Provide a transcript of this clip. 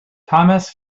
thomas